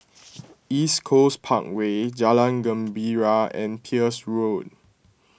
East Coast Parkway Jalan Gembira and Peirce Road